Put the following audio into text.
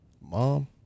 Mom